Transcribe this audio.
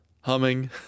humming